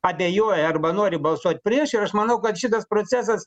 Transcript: abejoja arba nori balsuot prieš ir aš manau kad šitas procesas